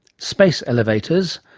space elevators,